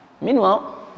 Meanwhile